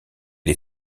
les